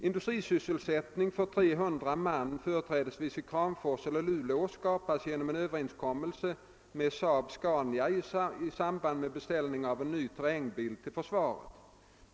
Industrisysselsättning för 300 man, företrädesvis i Kramfors eller Luleå, skapas genom en överenskommelse med SAAB-Scania i samband med beställning av en ny terrängbil till försvaret.